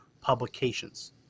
publications